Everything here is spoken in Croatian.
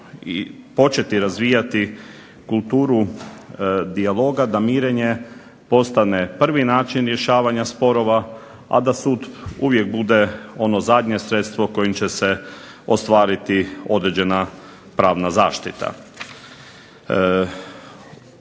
početi razvijati kulturu dijaloga da mirenje postane prvi način rješavanja sporova, a da sud uvijek bude ono zadnje sredstvo kojim će se ostvariti određena pravna zaštita.